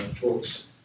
talks